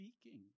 speaking